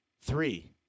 three